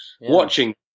watching